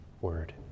word